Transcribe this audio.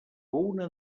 una